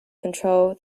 control